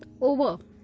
over